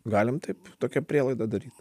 galim taip tokią prielaidą daryt